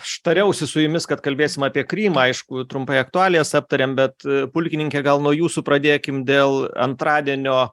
aš tariausi su jumis kad kalbėsim apie krymą aišku trumpai aktualijas aptarėm bet pulkininke gal nuo jūsų pradėkim dėl antradienio